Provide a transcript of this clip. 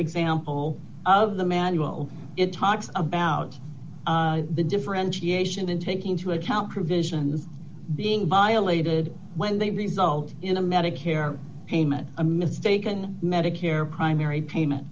example of the manual it talks about the differentiation in taking into account provisions being violated when they result in a medicare payment a mistaken medicare primary payment